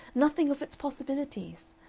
nothing of its possibilities.